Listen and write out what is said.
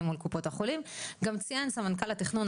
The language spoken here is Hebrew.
מול קופות החולים גם ציין סמנכ"ל התכנון,